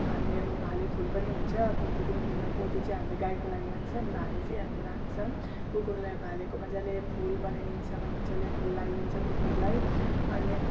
हामीले अब भाले फुल पनि हुन्छ पोथी पनि हुन्छ तर पोथी चाहिँ हामीले गाईको लागि राख्छ अनि भाले चाहिँ हामीले राख्छ कुकुरलाई भालेको मजाले फुल बनाइदिन्छ मजाले फुल लगाइदिन्छ कुकुरलाई अनि